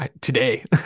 today